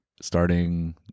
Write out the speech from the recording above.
Starting